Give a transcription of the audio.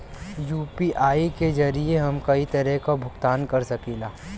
UPI के जरिये हम कई तरे क भुगतान कर सकीला